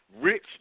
rich